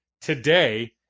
today